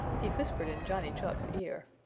he whispered in johnny chuck's ear.